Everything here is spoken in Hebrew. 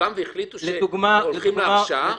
סוכם והחליטו שהולכים להרשעה?